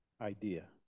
idea